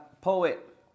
poet